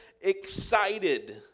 excited